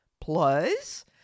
plus